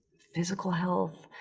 physical health.